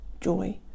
joy